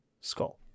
skull